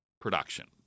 production